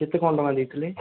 କେତେ କ'ଣ ଟଙ୍କା ଦେଇଥିଲେ